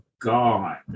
God